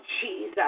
Jesus